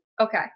Okay